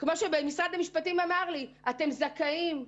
כמו שבמשרד המשפטים אמרו לי שאנחנו זכאים.